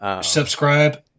Subscribe